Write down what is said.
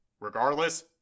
Regardless